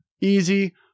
Easy